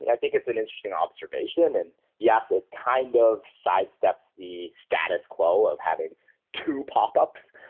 mean, i think it's an interesting observation. and yes, it kind of sidesteps the status quo of having two popups,